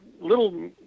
little